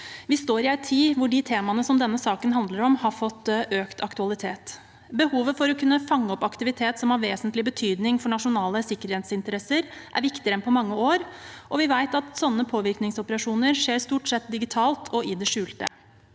Vi står i en tid hvor de temaene denne saken handler om, har fått økt aktualitet. Behovet for å kunne fange opp aktivitet som har vesentlig betydning for nasjonale sikkerhetsinteresser, er viktigere enn på mange år, og vi vet at sånne påvirkningsoperasjoner stort sett skjer digitalt og i det skjulte.